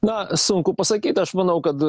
na sunku pasakyt aš manau kad